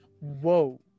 Whoa